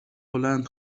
بلند